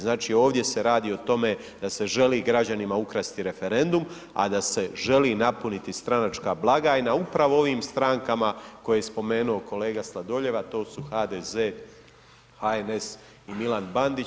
Znači ovdje se radi o tome da se želi građanima ukrasti referendum, a da se želi napuniti stranačka blagajna upravo ovim strankama koje je spomenuo kolega Sladoljev, a to su HDZ, HNS i Milan Bandić.